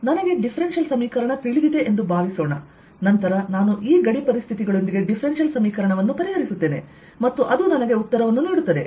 ನನಗೆ ಡಿಫ್ರೆನ್ಸಿಯಲ್ ಸಮೀಕರಣ ತಿಳಿದಿದೆ ಎಂದು ಭಾವಿಸೋಣ ನಂತರ ನಾನು ಈ ಗಡಿಪರಿಸ್ಥಿತಿಗಳೊಂದಿಗೆ ಡಿಫ್ರೆನ್ಸಿಯಲ್ ಸಮೀಕರಣವನ್ನು ಪರಿಹರಿಸುತ್ತೇನೆ ಮತ್ತು ಅದು ನನಗೆ ಉತ್ತರವನ್ನು ನೀಡುತ್ತದೆ